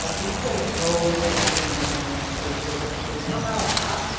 ah these guys know what they're doing when they run this race, so they they come out hot,